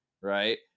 Right